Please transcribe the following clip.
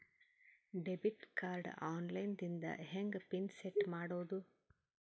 Debit card online ದಿಂದ ಹೆಂಗ್ pin set ಮಾಡೋದು?